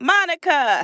Monica